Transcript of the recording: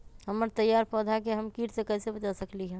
हमर तैयार पौधा के हम किट से कैसे बचा सकलि ह?